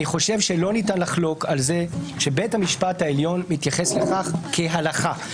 חושב שלא ניתן לחלוק על זה שבית המשפט העליון מתייחס לכך כהלכה.